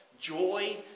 joy